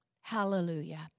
Hallelujah